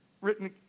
written